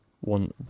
One